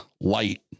light